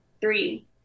Three